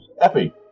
Epi